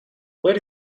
where